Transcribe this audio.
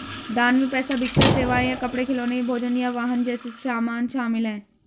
दान में पैसा भिक्षा सेवाएं या कपड़े खिलौने भोजन या वाहन जैसे सामान शामिल हैं